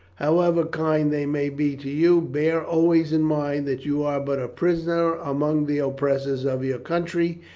however kind they may be to you, bear always in mind that you are but a prisoner among the oppressors of your country,